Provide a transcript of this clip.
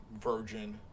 Virgin